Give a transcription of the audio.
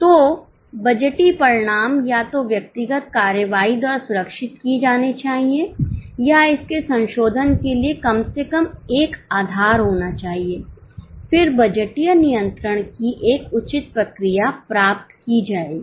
तो बजटीय परिणाम या तो व्यक्तिगत कार्रवाई द्वारा सुरक्षित किए जाने चाहिए या इसके संशोधन के लिए कम से कमएक आधार होना चाहिए फिर बजटीय नियंत्रण की एक उचित प्रक्रिया प्राप्त की जाएगी